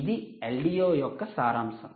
ఇది LDO యొక్క సారాంశం